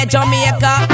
Jamaica